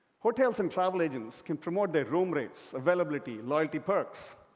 hotels and travel agents can promote their room rates, availability, loyalty perks,